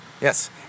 yes